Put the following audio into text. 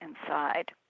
inside